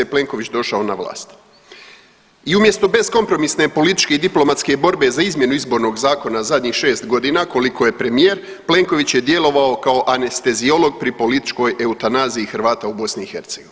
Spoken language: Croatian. Plenković došao na vlast i umjesto bez kompromisne, političke i diplomatske borbe za izmjenu Izbornog zakona zadnjih 6.g. koliko je premijer Plenković je djelovao kao anesteziolog pri političkoj eutanaziji Hrvata u BiH.